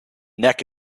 neck